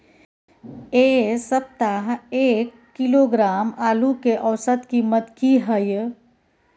ऐ सप्ताह एक किलोग्राम आलू के औसत कीमत कि हय?